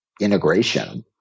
integration